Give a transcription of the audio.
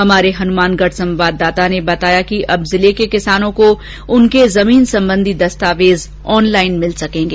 हमारे हनुमानगढ संवाददाता ने बताया कि अब जिले के किसानों को उनके जमीन संबंधी दस्तावेज ऑनलाइन मिल सकेंगे